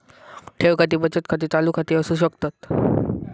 ठेव खाती बचत खाती, चालू खाती असू शकतत